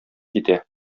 китә